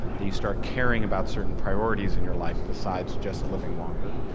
that you start caring about certain priorities in your life besides just living longer,